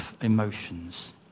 emotions